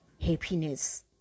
Happiness